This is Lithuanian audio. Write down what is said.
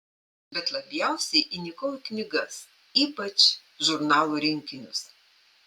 bet labiausiai įnikau į knygas ypač žurnalų rinkinius